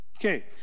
Okay